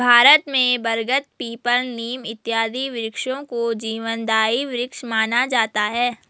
भारत में बरगद पीपल नीम इत्यादि वृक्षों को जीवनदायी वृक्ष माना जाता है